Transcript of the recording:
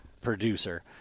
producer